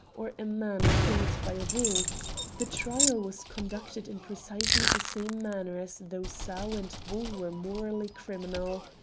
or a man killed by a bull the trial was conducted in precisely the same manner as though sow and bull were morally criminal.